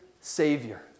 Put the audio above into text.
Savior